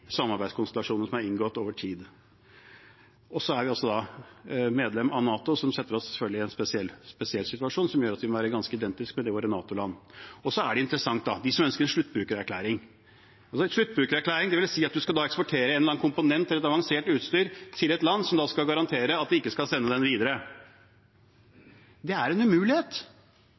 som gjør at vi må være ganske identiske med våre NATO-land. Det er interessant med dem som ønsker sluttbrukererklæring. Altså: En sluttbrukererklæring vil si at man skal eksportere en eller annen komponent, eller et avansert utstyr, til et land som da skal garantere at de ikke skal sende det videre. Det er en umulighet,